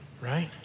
right